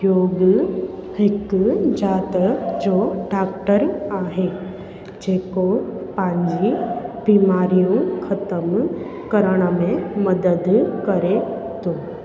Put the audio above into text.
ॿियों बि हिकु ज़ाति जो डाक्टर आहे जेको पंहिंजी बीमारियूं ख़तमु करण में मदद करे थो